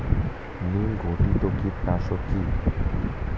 নিম ঘটিত কীটনাশক কি?